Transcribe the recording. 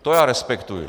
To já respektuji.